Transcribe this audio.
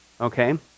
okay